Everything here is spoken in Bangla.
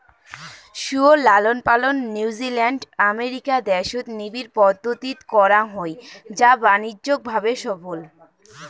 শুয়োর লালনপালন নিউজিল্যান্ড, আমেরিকা দ্যাশত নিবিড় পদ্ধতিত করাং হই যা বাণিজ্যিক ভাবে সফল